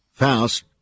Faust